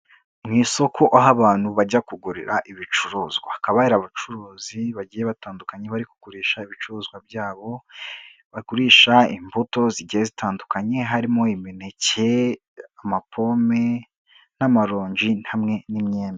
Mu isoko aho abantu bajya kugurira ibicuruzwa, hakaba hari abacuruzi bagiye batandukanye, bari kugurisha ibicuruzwa byabo, bagurisha imbuto zigiye zitandukanye, harimo imineke, amapome n'amaronji, hamwe n'imyenda.